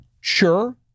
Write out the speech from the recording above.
Sure